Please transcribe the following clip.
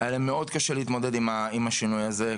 היה מאוד קשה להתמודד עם השינוי הזה.